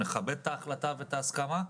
נכבד את ההחלטה ואת ההסכמה.